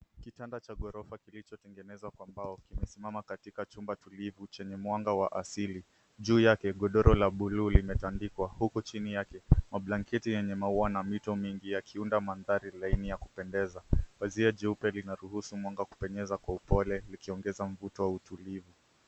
Kitanda cha gorofa kilichotengenezwa kwa mbao kimesimama katika chumba tulivu chenye mwanga wa asili. Juu yake godoro la bluu limetandikwa huku chini yake mablanketi yenye maua na mito mingi yakiunda mandhari laini ya kupendeza pazia jeupe linaruhusu mwanga kupenyeza kwa upole likiongeza mvuto wa utulivu.